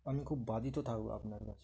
আমি খুব বাধিত থাকব আপনার কাছে